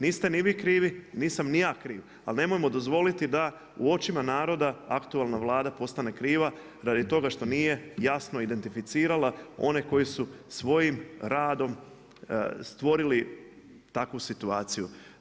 Niste ni vi krivi nisam ni ja kriv, ali nemojmo dozvoliti da u očima naroda aktualna Vlada postane kriva radi toga što nije jasno identificirala one koji su svojim radom stvorili takvu situaciju.